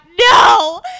no